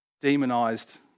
demonized